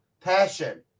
Passion